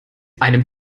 einem